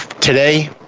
today